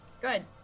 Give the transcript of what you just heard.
Good